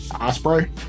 Osprey